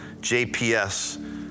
JPS